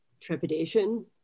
trepidation